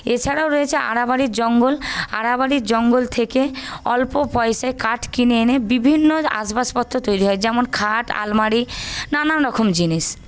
এছাড়াও রয়েছে আড়াবাড়ির জঙ্গল আড়াবাড়ির জঙ্গল থেকে অল্প পয়সায় কাঠ কিনে এনে বিভিন্ন আসবাসপত্র তৈরি হয় যেমন খাট আলমারি নানানরকম জিনিস